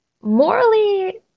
morally